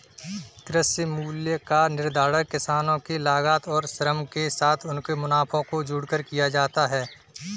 कृषि मूल्य का निर्धारण किसानों के लागत और श्रम के साथ उनके मुनाफे को जोड़कर किया जाता है